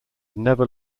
never